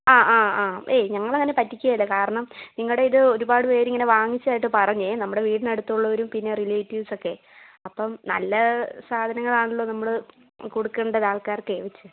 ആ ആ ആ ഏയ് ഞങ്ങൾ അങ്ങനെ പറ്റിക്കേല കാരണം നിങ്ങളുടെ ഇത് ഒരുപാട് പേർ ഇങ്ങനെ വാങ്ങിച്ചതായിട്ട് പറഞ്ഞത് നമ്മളെ വീടിനടുത്തുള്ളവരും പിന്നെ റിലേറ്റീവ്സ് ഒക്കെ അപ്പം നല്ല സാധനങ്ങളാണല്ലോ നമ്മൾ കൊടുക്കേണ്ടത് ആൾക്കാരൊക്കെ വച്ച്